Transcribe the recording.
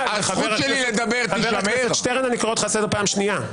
חבר הכנסת שטרן, אני קורא אותך לסדר פעם שנייה.